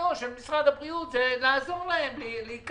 תפקידו של משרד הבריאות זה לעזור להם להיקלט,